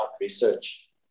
research